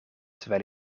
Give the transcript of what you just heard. terwijl